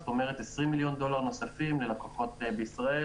זאת אומרת, 20 מיליון דולר נוספים ללקוחות בישראל.